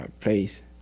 place